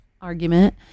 argument